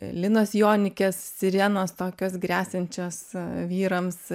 linos jonikės sirenos tokios gresiančios vyrams